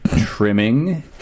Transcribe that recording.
trimming